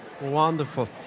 Wonderful